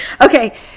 Okay